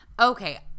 Okay